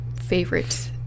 favorite